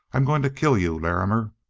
i'm going to kill you, larrimer!